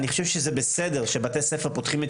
אני חושב שזה בסדר שבתי ספר פותחים את